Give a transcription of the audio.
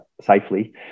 safely